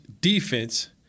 defense